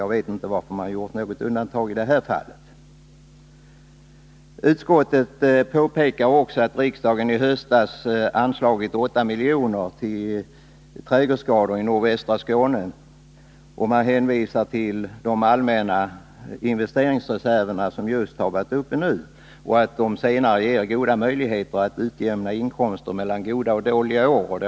Jag vet inte varför det i detta fall har gjorts ett undantag. Utskottet påpekar också att riksdagen i höstas anslog 8 miljoner till trädgårdsskador i nordvästra Skåne och hänvisar till de allmänna investeringsreserverna, som just har varit uppe till debatt. Utskottet anför att investeringsreserverna ger bra möjligheter att utjämna inkomster mellan goda och dåliga år.